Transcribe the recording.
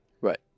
Right